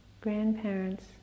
grandparents